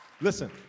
Listen